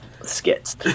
skits